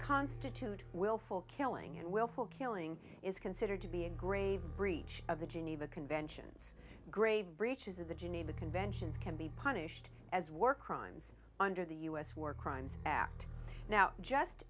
constitute willful killing and willful killing is considered to be a grave breach of the geneva conventions grave breaches of the geneva conventions can be punished as work crimes under the u s war crimes act now just